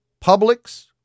Publix